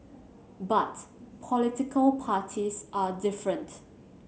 but political parties are different